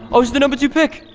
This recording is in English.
i was the no. but two pick!